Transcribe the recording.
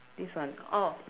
this one oh